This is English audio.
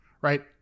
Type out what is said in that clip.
right